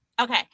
okay